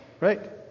right